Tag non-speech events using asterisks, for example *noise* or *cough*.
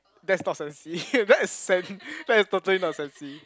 that's not sensi *laughs* that's sen~ that is totally not sensi